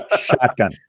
shotgun